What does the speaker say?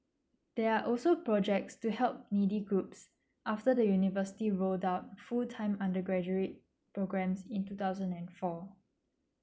there are also projects to help needy groups after the university roll up full time undergraduate programme in two thousand and four